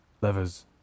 levers